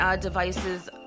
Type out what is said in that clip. devices